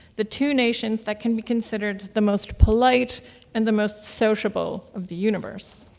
the two nations that can be considered the most polite and the most sociable of the universe.